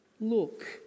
look